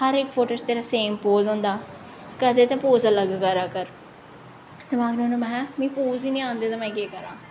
हर इक फोटो च तेरा सेम पोज होंदा कदें ते पोज़ अलग करा कर ते में आखनी होन्नी मां मीं पोज़ गै निं आंदे ते में केह् करां